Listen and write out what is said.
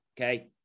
okay